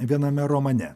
viename romane